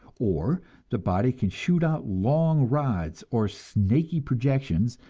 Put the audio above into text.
or the body can shoot out long rods or snaky projections,